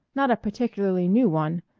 not a particularly new one,